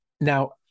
Now